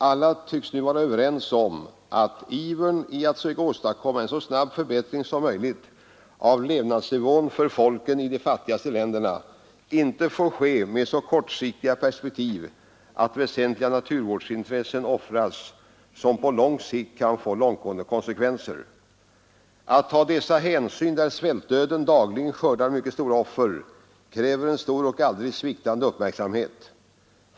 Alla tycks nu vara överens om att given i att söka åstadkomma en så snabb förbättring som möjligt av levnadsnivån för folken i de fattigaste länderna inte får ske med så kortsiktiga perspektiv att väsentliga naturvårdsintressen offras, vilket på lång sikt kan få långtgående konsekvenser. Att ta dessa hänsyn i områden där svältdöden dagligen skördar mycket stora offer kräver en stor och aldrig sviktande uppmärksamhet.